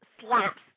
slaps